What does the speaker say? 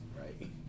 right